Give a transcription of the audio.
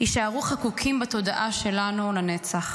יישארו חקוקים בתודעה שלנו לנצח,